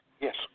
Yes